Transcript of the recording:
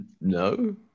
No